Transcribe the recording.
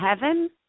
heaven